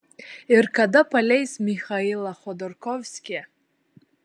ir kada paleis michailą chodorkovskį